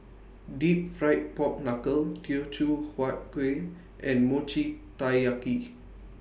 Deep Fried Pork Knuckle Teochew Huat Kuih and Mochi Taiyaki